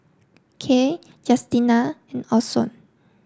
Kiel Justina and Orson